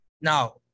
Now